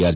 R